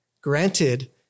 Granted